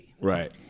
right